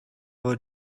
were